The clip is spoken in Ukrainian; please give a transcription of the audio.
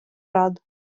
рад